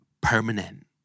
Permanent